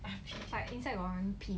ah like inside one P